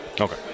Okay